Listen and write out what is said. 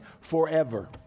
forever